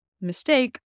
mistake